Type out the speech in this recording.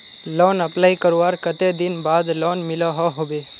Loan apply करवार कते दिन बाद लोन मिलोहो होबे?